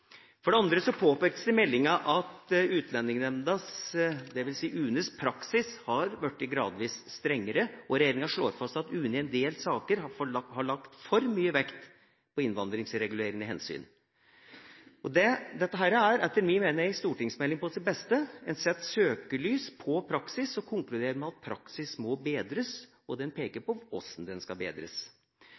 For det andre påpekes det i meldinga at Utlendingsnemndas – dvs. UNEs – praksis har blitt gradvis strengere, og regjeringa slår fast at UNE i en del saker har lagt for mye vekt på innvandringsregulerende hensyn. Dette er etter min mening stortingsmelding på sitt beste. En setter søkelys på praksis og konkluderer med at praksis må bedres, og den peker på hvordan den skal bedres.